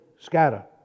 scatter